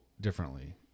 differently